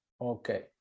okay